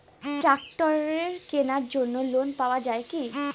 ট্রাক্টরের কেনার জন্য লোন পাওয়া যায় কি?